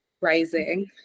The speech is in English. rising